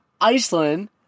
Iceland